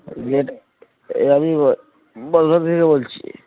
বলছি এটা এই আমি ব বজবজ থেকে বলছি